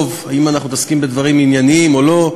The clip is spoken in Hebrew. אם אנחנו מתעסקים בדברים ענייניים או לא,